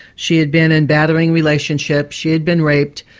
she had been in battering relationships, she had been raped,